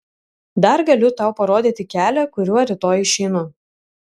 dar galiu tau parodyti kelią kuriuo rytoj išeinu